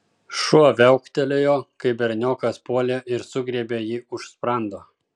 šuo viauktelėjo kai berniokas puolė ir sugriebė jį už sprando